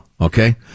okay